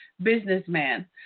businessman